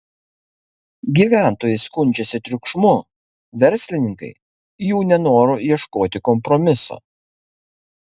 gyventojai skundžiasi triukšmu verslininkai jų nenoru ieškoti kompromiso